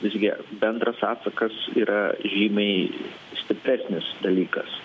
visgi bendras atsakas yra žymiai stipresnis dalykas